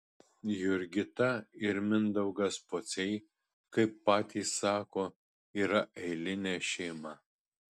jurgita ir mindaugas pociai kaip patys sako yra eilinė šeima